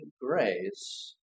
grace